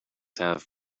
have